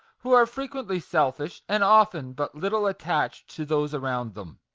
who are frequently selfish, and often but little attached to those around them.